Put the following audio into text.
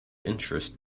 interest